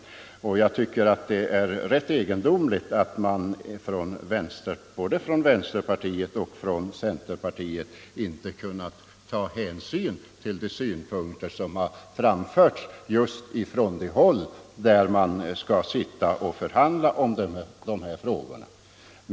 Jag tycker Sänkning av den att det är rätt egendomligt att vänsterpartiet kommunisterna och cen = allmänna pensionsterpartiet inte tagit hänsyn till de synpunkter som framförts just från — åldern, m.m. dem som skall förhandla om dessa frågor.